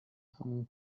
همون